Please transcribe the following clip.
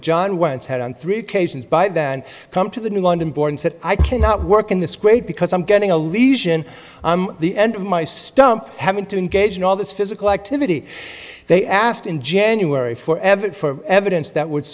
john once had on three occasions by then come to the new london born said i cannot work in this great because i'm getting a lesion i'm the end of my stump having to engage in all this physical activity they asked in january for evan for evidence that would